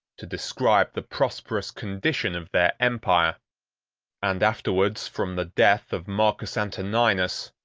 to describe the prosperous condition of their empire and after wards, from the death of marcus antoninus,